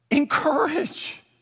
Encourage